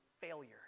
failure